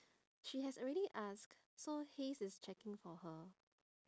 she has already asked so haize is checking for her